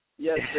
Yes